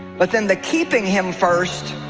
but then the keeping him first